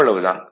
அவ்வளவுதான்